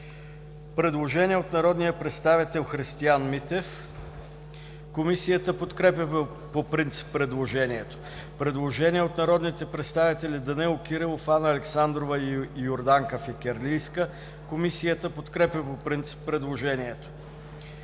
предложение на народния представител Христиан Митев. Комисията подкрепя по принцип предложението. Предложение на народните представители Данаил Кирилов, Анна Александрова и Йорданка Фикирлийска. Комисията подкрепя по принцип предложението.